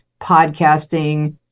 podcasting